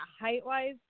height-wise